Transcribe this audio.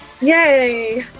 Yay